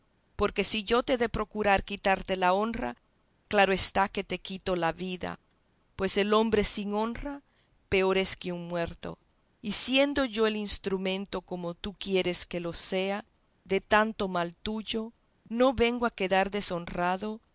porque si yo he de procurar quitarte la honra claro está que te quito la vida pues el hombre sin honra peor es que un muerto y siendo yo el instrumento como tú quieres que lo sea de tanto mal tuyo no vengo a quedar deshonrado